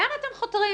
לאן אתם חותרים?